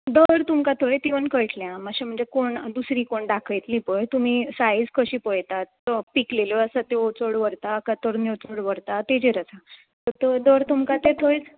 धर तुमकां थंयच येवन कळटलें आं मातशें म्हणजे कोण दुसरीं कोण दाखयतलीं पळय तुमी साय्ज कशीं पळयतात तो पिकलेल्यो आसा त्यो चड व्हरतात कांय तोरन्यो चड व्हरता तेजेर आसा धर तुमकां तें थयच